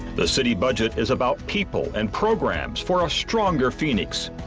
the city budget is about people and programs for a stronger phoenix.